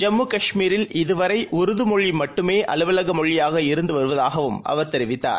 ஜம்முகாஷ்மீரில்இதுவரைஉருதுமொழிமட்டுமேஅலுவலகமொழியாகஇருந்துவருவதாகவும்அ வர்தெரிவித்தார்